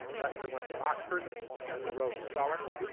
lester went to oxford as a rhodes scholar,